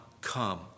come